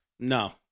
No